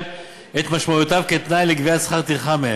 את משמעויותיו כתנאי לגביית שכר טרחה מהם.